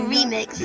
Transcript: Remix